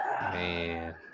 man